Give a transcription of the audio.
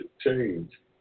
change